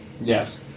yes